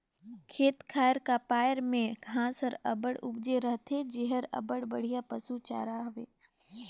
खेत खाएर का पाएर में घांस हर अब्बड़ उपजे रहथे जेहर अब्बड़ बड़िहा पसु चारा हवे